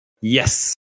yes